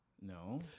No